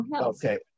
Okay